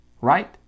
Right